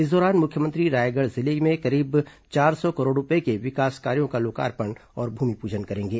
इस दौरान मुख्यमंत्री रायगढ़ जिले में करीब चार सौ करोड़ रूपये के विकास कार्यों का लोकार्पण और भूमिपूजन करेंगे